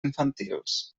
infantils